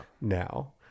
now